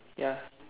ya